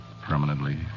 permanently